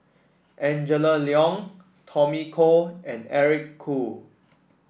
Angela Liong Tommy Koh and Eric Khoo